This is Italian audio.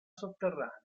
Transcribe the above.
sotterranea